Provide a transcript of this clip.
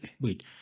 wait